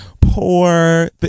Poor